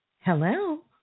Hello